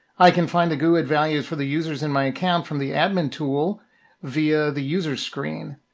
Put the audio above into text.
i can find the guid values for the users in my account from the admin tool via the user's screen.